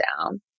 down